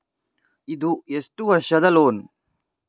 ಇದು ಎಷ್ಟು ವರ್ಷದ ಲೋನ್?